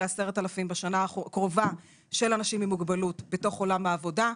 ל-10,000 אנשים עם מוגבלות בשנה הקרובה בתוך עולם העבודה.